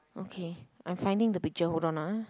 okay I'm finding the picture hold on ah